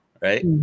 Right